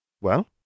Well